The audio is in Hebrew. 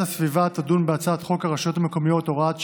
הסביבה תדון בהצעת חוק הרשויות המקומיות (הוראת שעה,